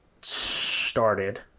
started